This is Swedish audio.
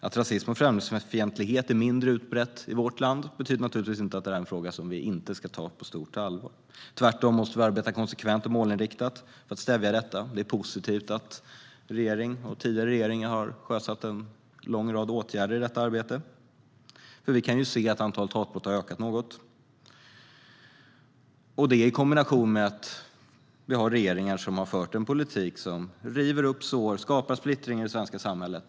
Att rasism och främlingsfientlighet är mindre utbrett i vårt land betyder naturligtvis inte att det inte är en fråga som vi ska ta på stort allvar. Tvärtom måste vi arbeta konsekvent och målinriktat för att stävja detta. Det är positivt att tidigare regeringar och nuvarande regering vidtagit en lång rad åtgärder vad gäller det arbetet, för vi kan se att antalet hatbrott trots allt ökat något. Det sker i kombination med att vi har regeringar som för en politik som river upp sår och skapar splittring i det svenska samhället.